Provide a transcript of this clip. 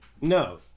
No